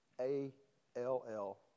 A-L-L